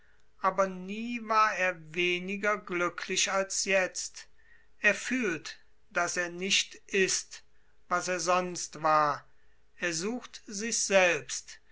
aber nie war er weniger glücklich als jetzt er fühlt daß er nicht ist was er sonst war er sucht sich selbst